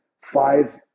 five